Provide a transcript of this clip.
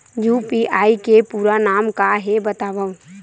UPI के पूरा नाम का हे बतावव?